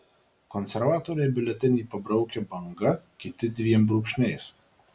konservatoriai biuletenį pabraukia banga kiti dviem brūkšniais